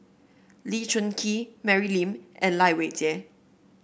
Lee Choon Kee Mary Lim and Lai Weijie